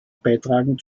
beizutragen